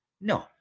no